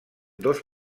dos